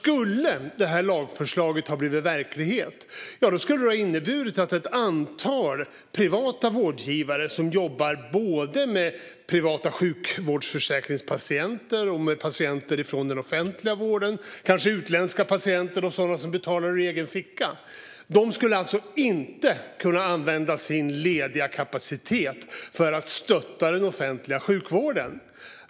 Om det här lagförslaget skulle bli verklighet skulle det innebära att ett antal privata vårdgivare som jobbar med såväl privata sjukvårdsförsäkringspatienter som patienter i den offentliga vården och kanske utländska patienter och sådana som betalar ur egen ficka inte skulle kunna använda sin lediga kapacitet för att stötta den offentliga sjukvården.